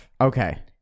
Okay